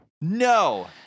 No